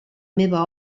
meva